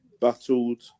battled